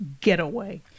getaway